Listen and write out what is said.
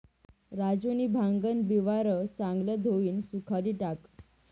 राजूनी भांगन बिवारं चांगलं धोयीन सुखाडी टाकं